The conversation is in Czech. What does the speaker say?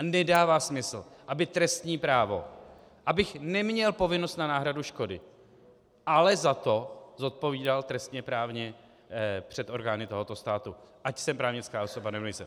Nedává smysl, aby trestní právo, abych neměl povinnost na náhradu škody, ale zato zodpovídal trestněprávně před orgány tohoto státu, ať jsem právnická osoba, nebo nejsem.